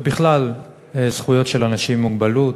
ובכלל, זכויות של אנשים עם מוגבלות,